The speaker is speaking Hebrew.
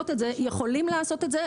יכולים לעשות את זה.